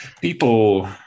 people